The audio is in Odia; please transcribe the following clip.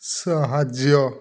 ସାହାଯ୍ୟ